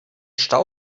stau